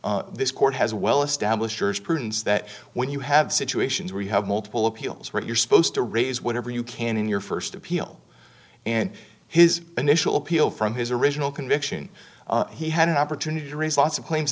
appeal this court has well established church prudence that when you have situations where you have multiple appeals where you're supposed to raise whatever you can in your st appeal and his initial appeal from his original conviction he had an opportunity to raise lots of claims